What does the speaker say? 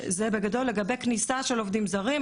לגבי כניסה של עובדים זרים,